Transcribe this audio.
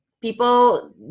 people